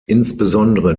insbesondere